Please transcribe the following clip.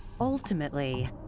Ultimately